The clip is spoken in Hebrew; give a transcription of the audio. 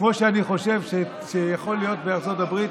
כמו שאני חושב שיכול להיות בארצות הברית,